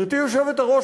גברתי היושבת-ראש,